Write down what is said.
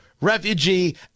refugee